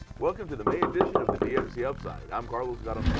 welcome to the may edition of the dmc upside. i'm carlos